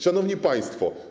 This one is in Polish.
Szanowni Państwo!